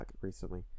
recently